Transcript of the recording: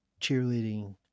cheerleading